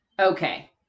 okay